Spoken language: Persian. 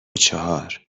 چهار